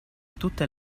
tutte